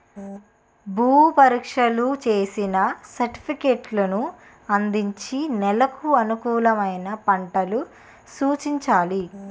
భూ పరీక్షలు చేసిన సర్టిఫికేట్లను అందించి నెలకు అనుకూలమైన పంటలు సూచించాలి